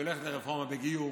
שהולכת לרפורמה בגיור,